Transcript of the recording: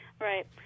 Right